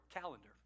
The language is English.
calendar